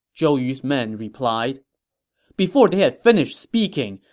zhou yu's men replied before they had finished speaking,